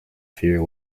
fear